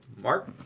Mark